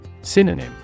Synonym